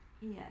Yes